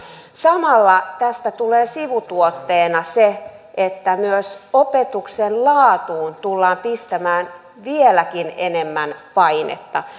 samalla tästä tulee sivutuotteena se että myös opetuksen laatuun tullaan pistämään vieläkin enemmän painetta